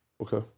Okay